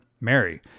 Mary